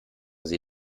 sie